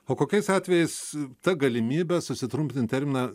o kokiais atvejais ta galimybe susitrumpinti terminą